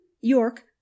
York